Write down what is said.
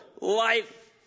life